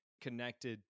connected